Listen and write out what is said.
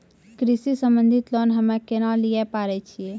कृषि संबंधित लोन हम्मय केना लिये पारे छियै?